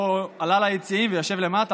לא עלה ליציעים ויושב למטה,